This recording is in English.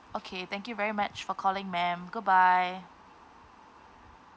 okay thank you very much for calling ma'am goodbye